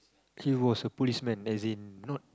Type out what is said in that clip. he was a policeman as in not